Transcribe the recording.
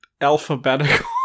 alphabetical